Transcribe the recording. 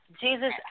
Jesus